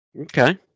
Okay